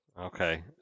Okay